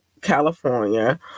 California